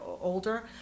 older